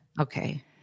Okay